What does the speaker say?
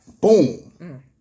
Boom